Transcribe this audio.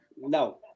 No